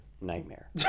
Nightmare